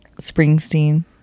Springsteen